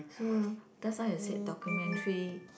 so that's why I said documentary